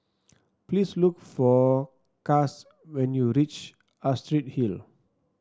please look for Cass when you reach Astrid Hill